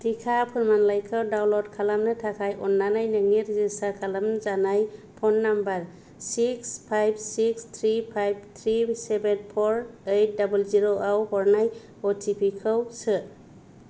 टिका फोरमानलाइखौ डाउनल'ड खालामनो थाखाय अननानै नोंनि रेजिसटार खालामजानाय phone number six five six three five three seven four eight zero zero आव हरनाय अटिपि खौ सो